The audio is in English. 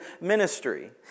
ministry